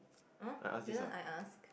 uh didn't I ask